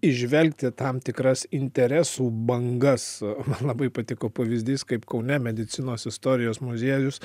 įžvelgti tam tikras interesų bangas man labai patiko pavyzdys kaip kaune medicinos istorijos muziejus